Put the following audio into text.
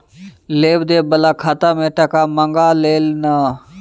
लेब देब बला खाता मे टका मँगा लय ना